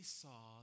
saw